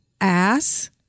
Ass